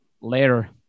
Later